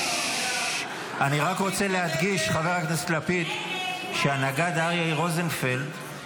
אני רק רוצה להדגיש שהנגד ארי רוזנפלד,